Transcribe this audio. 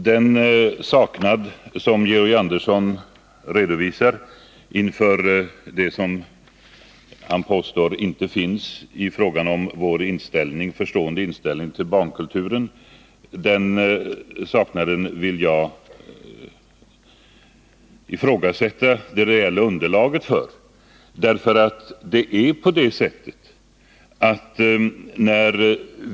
Herr talman! Georg Andersson anser att utskottsmajoritetens skrivning saknar en förstående inställning till barnkulturen. Jag vill ifrågasätta det reella underlaget för ett sådant påstående.